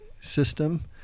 system